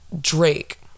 drake